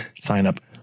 sign-up